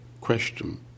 question